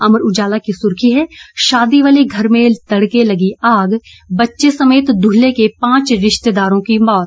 अमर उजाला की सुर्खी है शादी वाले घर में तड़के लगी आग बच्चे समेत दूल्हे के पांच रिश्तेदारों की मौत